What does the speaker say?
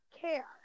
care